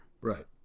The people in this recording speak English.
right